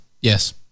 Yes